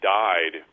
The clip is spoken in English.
died